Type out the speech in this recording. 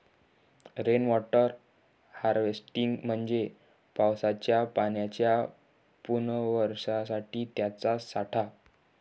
rain water harvesting म्हणजे पावसाच्या पाण्याच्या पुनर्वापरासाठी त्याचा साठा